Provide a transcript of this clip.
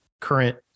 current